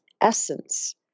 essence